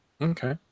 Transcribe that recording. Okay